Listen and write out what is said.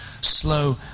slow